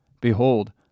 Behold